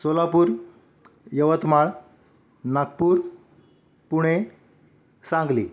Solapur Yavatmal Nagpur Pune Sangli